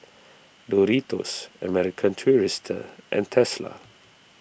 Doritos American Tourister and Tesla